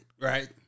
right